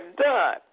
done